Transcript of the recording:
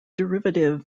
derivative